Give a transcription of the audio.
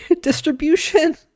distribution